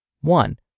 One